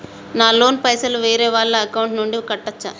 నా లోన్ పైసలు వేరే వాళ్ల అకౌంట్ నుండి కట్టచ్చా?